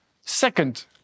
Second